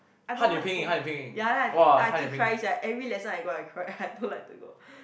I don't like to ya lah I keep crying sia every lesson I go I cry I don't like to go